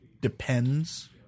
depends